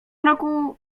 roku